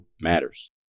matters